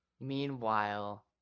Meanwhile